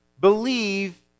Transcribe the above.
believe